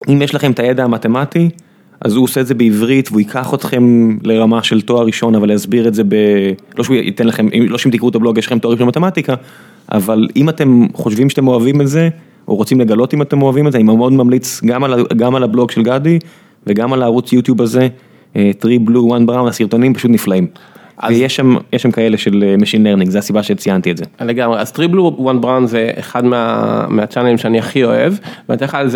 אם יש לכם את הידע המתמטי אז הוא עושה זה בעברית וייקח אתכם לרמה של תואר ראשון אבל להסביר את זה בלא שהוא ייתן לכם אם לא שם תקראו את הבלוג יש לכם טעות במתמטיקה. אבל אם אתם חושבים שאתם אוהבים את זה, רוצים לגלות אם אתם אוהבים את זה אני מאוד ממליץ גם על הבלוג של גדי וגם על הערוץ יוטיוב הזה, טרי בלו וואן בראו הסרטונים פשוט נפלאים, יש שם יש שם כאלה של משינרנק זה הסיבה שהציינתי את זה, לגמרי אז טרי בלו וואן בראו זה אחד מהצ'אנלים שאני הכי אוהב.